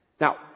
Now